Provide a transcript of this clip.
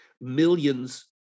millions